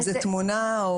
למשל, תמונה.